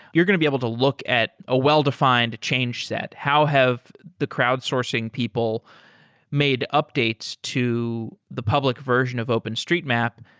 you're going to be able to look at a well-defined change set. how have the crowdsourcing people made updates to the public version of openstreetmap?